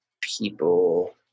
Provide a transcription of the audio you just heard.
people